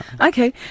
Okay